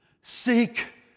seek